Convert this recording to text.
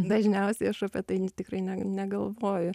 dažniausiai aš apie tai tikrai ne negalvoju